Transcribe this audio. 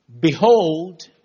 Behold